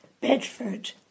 Bedford